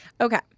Okay